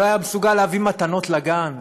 הוא לא היה מסוגל להביא מתנות לגן.